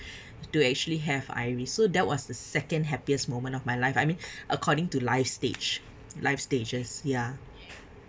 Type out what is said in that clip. to actually have iris so that was the second happiest moment of my life I mean according to life stage life stages ya